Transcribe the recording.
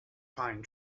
pine